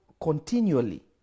continually